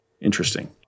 Interesting